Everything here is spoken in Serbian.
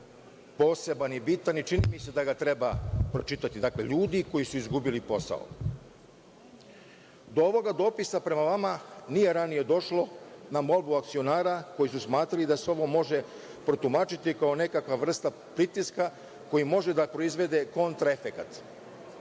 poseban i bitan i čini mi se da ga treba pročitati, dakle, ljudi koji su izgubili posao. Do ovoga dopisa prema vama nije ranije došlo na molbu akcionara koji su smatrali da se ovo može protumačiti kao nekakva vrsta pritiska koji može da proizvede kontraefekat.